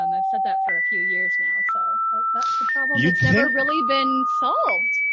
um i've said that for a few years now. so that's the problem that's never really been solved.